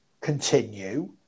continue